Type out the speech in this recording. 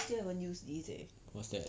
what's that